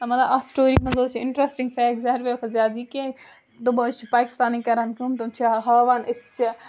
مطلب اَتھ سِٹوری منٛز حظ چھِ اِنٹرٛسٹِنٛگ فیکٹ سارِوِٕے کھۄتہٕ زیادٕ یہِ کہِ تِم حظ چھِ پاکِستانٕے کَران کٲم تِم چھِ ہاوان أسۍ چھِ